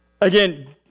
Again